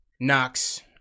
Knox